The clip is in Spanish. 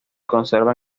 conserva